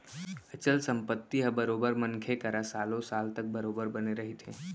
अचल संपत्ति ह बरोबर मनखे करा सालो साल तक बरोबर बने रहिथे